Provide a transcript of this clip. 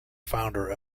founder